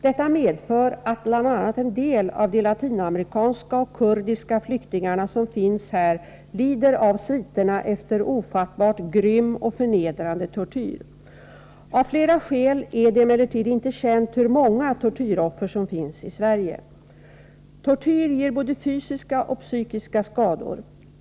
Detta medför att bl.a. en del av de latinamerikanska och kurdiska flyktingarna som finns här lider av sviterna efter ofattbart grym och förnedrande tortyr. Av flera skäl är det emellertid inte känt hur många tortyroffer som finns i Sverige. Tortyr ger både fysiska och psykiska skador.